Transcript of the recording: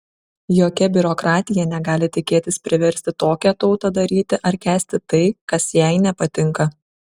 jokia biurokratija negali tikėtis priversti tokią tautą daryti ar kęsti tai kas jai nepatinka